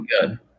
good